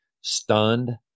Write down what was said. stunned